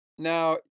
Now